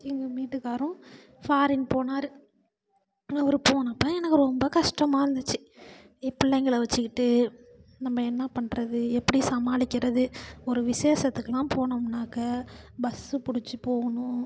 எங்கள் வீட்டுக்காரரும் ஃபாரின் போனார் அவர் போனப்போ எனக்கு ரொம்ப கஷ்டமா இருந்துச்சு என் பிள்ளைங்கள வச்சுக்கிட்டு நம்ம என்ன பண்ணுறது எப்படி சமாளிக்கிறது ஒரு விஷேசத்துக்கெலாம் போணும்னாக்க பஸ்ஸு பிடிச்சி போகணும்